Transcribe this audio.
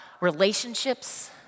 relationships